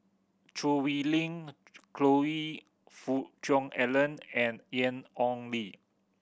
Choo Hwee Lim Choe Fook Cheong Alan and Ian Ong Li